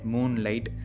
Moonlight